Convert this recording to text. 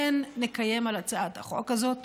כן נקיים על הצעת החוק הזאת